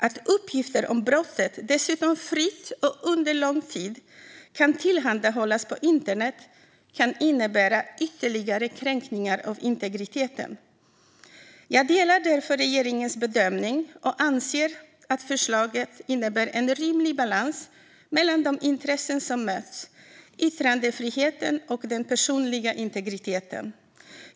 Att uppgifter om brottet dessutom fritt och under lång tid kan tillhandahållas på internet kan innebära ytterligare kränkningar av integriteten. Jag delar därför regeringens bedömning och anser att förslaget innebär en rimlig balans mellan de intressen som möts - yttrandefriheten och den personliga integriteten.